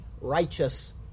righteous